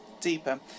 deeper